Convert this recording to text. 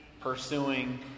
pursuing